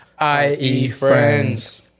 IEFRIENDS